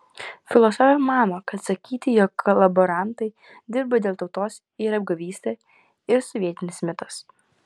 filosofė mano kad sakyti jog kolaborantai dirbo dėl tautos yra apgavystė ir sovietinis mitas